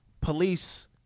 police